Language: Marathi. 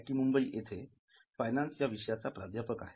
टी मुंबई येथे फायनान्स या विषयाचा प्राध्यापक आहे